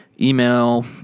email